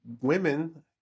women